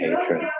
hatred